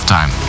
Time